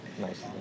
nice